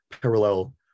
parallel